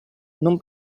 non